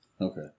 Okay